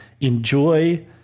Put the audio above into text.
enjoy